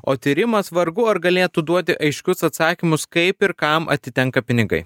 o tyrimas vargu ar galėtų duoti aiškius atsakymus kaip ir kam atitenka pinigai